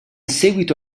seguito